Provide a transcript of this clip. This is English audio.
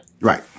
Right